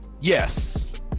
yes